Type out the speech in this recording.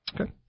Okay